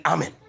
Amen